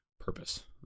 purpose